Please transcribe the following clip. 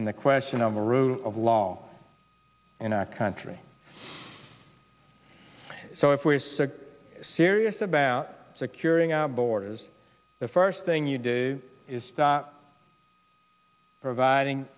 and the question of a rule of law in our country so if we're serious about securing our borders the first thing you do is start providing